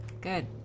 good